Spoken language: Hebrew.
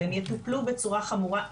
והם יטופלו בצורה חמורה.